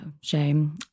shame